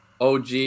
OG